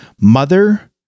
mother